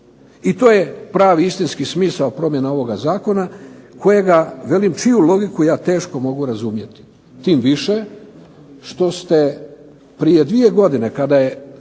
I to je pravi istinski smisao promjena ovoga zakona kojega velim čiju logiku ja teško mogu razumjeti. Tim više što ste prije 2 godine kada je